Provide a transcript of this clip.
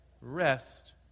rest